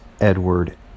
Edward